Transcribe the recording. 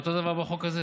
אותו דבר בחוק הזה.